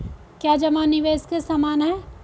क्या जमा निवेश के समान है?